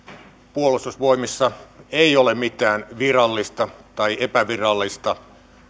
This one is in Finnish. puolustusvoimissa ei ole mitään virallista tai epävirallista